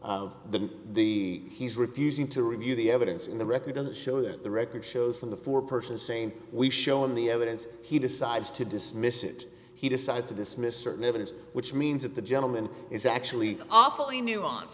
of the the he's refusing to review the evidence in the record will show that the record shows in the four person saying we've shown the evidence he decides to dismiss it he decides to dismiss certain evidence which means that the gentleman is actually awfully nuance